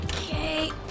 Okay